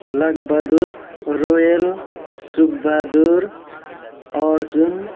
Lakbahadur Roel Sukbahadur Arjun